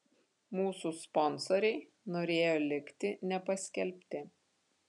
mūsų sponsoriai norėjo likti nepaskelbti